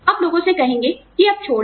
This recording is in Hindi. आप लोगों से कहेंगे कि अब छोड़ दें